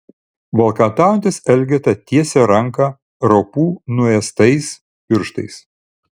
valkataujantis elgeta tiesia ranką raupų nuėstais pirštais